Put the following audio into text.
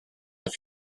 eich